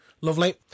lovely